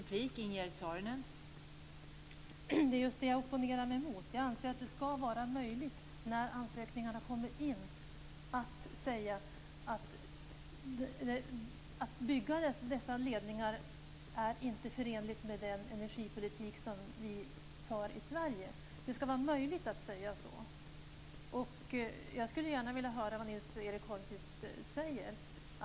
Fru talman! Det är just det jag opponerar mig emot. Jag anser att det, när ansökningarna kommer in, ska vara möjligt att säga att det inte är förenligt med den energipolitik som vi för i Sverige att bygga dessa ledningar. Det ska vara möjligt att säga så. Jag skulle gärna vilja höra vad Nils-Göran Holmqvist säger.